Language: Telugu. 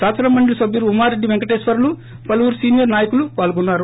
శాసన మండలి ోసభ్యుడు ఉమారెడ్డి పెంకటేశ్వర్లు పలువురు సీనియర్ నాయకులు వాల్గొన్నారు